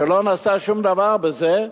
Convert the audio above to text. שלא נעשה שום דבר בה,